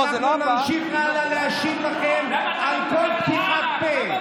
אנחנו נמשיך להשיב לכם על כל פתיחת פה.